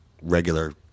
regular